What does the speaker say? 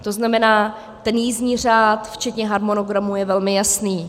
To znamená, ten jízdní řád včetně harmonogramu je velmi jasný.